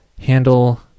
handle